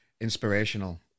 inspirational